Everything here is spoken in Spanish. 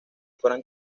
fueran